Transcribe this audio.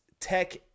Tech